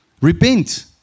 Repent